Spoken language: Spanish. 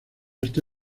está